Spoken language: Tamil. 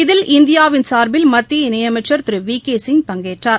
இதில் இந்தியாவின் சார்பில் மத்திய இணை அமைச்சர் திரு வி கே சிங் பங்கேற்றார்